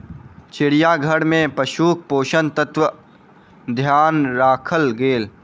चिड़ियाघर में पशुक पोषक तत्वक ध्यान राखल गेल